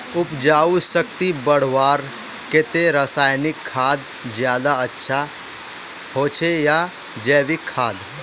उपजाऊ शक्ति बढ़वार केते रासायनिक खाद ज्यादा अच्छा होचे या जैविक खाद?